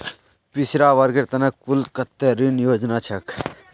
पिछड़ा वर्गेर त न कुल कत्ते ऋण योजना छेक